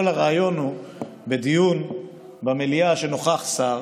כל הרעיון בדיון במליאה הוא שנוכח שר,